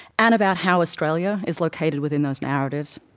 and about how australia is located within those narratives.